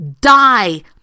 die